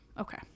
Okay